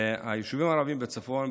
היישובים הערביים בצפון,